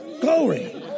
Glory